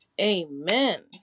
amen